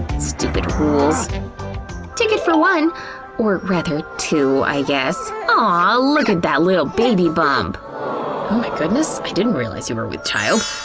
stupid rules ticket for one or rather, two, i guess. aw, ah look at that little baby bump! oh my goodness! i didn't realize you were with child,